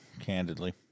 candidly